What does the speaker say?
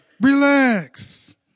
Relax